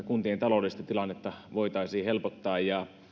kuntien taloudellista tilannetta voitaisiin helpottaa ja